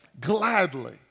Gladly